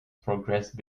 progressed